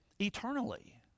eternally